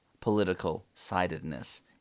political-sidedness